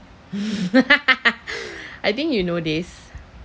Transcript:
I think you know this